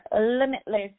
limitless